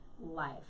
life